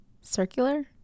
circular